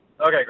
Okay